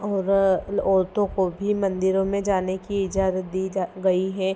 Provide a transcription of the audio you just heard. और औरतों को भी मंदिरों में जाने की इजाजत दी गई हैं